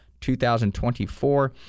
2024